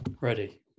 ready